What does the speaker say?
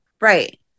right